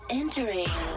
entering